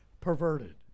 perverted